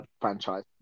franchise